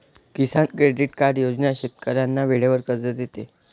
किसान credit card योजना शेतकऱ्यांना वेळेवर कर्ज देते